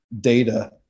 data